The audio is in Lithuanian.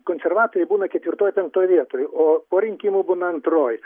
konservatoriai būna ketvirtoj penktoj vietoj o po rinkimų būna antroj